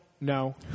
no